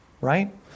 right